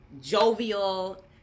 jovial